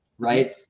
right